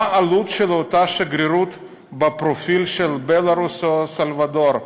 מהי העלות של אותה שגרירות בפרופיל של בלרוס או אל-סלבדור?